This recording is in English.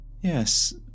Yes